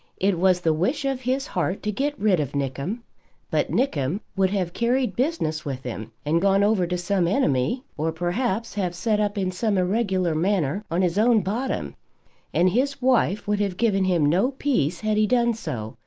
it was the wish of his heart to get rid of nickem but nickem would have carried business with him and gone over to some enemy, or, perhaps have set up in some irregular manner on his own bottom and his wife would have given him no peace had he done so,